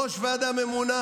ראש ועדה ממונה